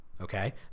Okay